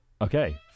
Okay